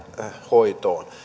hoitoon